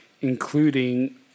including